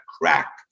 crack